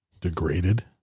Degraded